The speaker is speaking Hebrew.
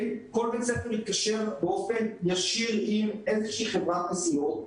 כל בית-ספר התקשר באופן ישיר עם איזושהי חברת נסיעות.